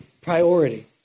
priority